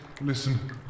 Listen